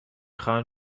خواهم